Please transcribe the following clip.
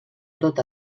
tot